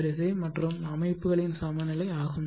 வரிசை மற்றும் அமைப்புகளின் சமநிலை ஆகும்